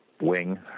wing